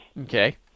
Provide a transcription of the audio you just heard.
Okay